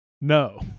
no